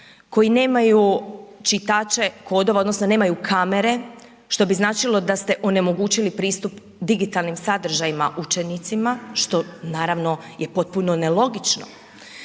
koji nemaju čitaće kodova, odnosno nemaju kamere, što bi značilo da ste onemogućili pristup digitalnim sadržajima učenicima, što naravno je potpuno nelogično.